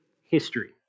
history